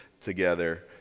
together